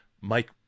Mike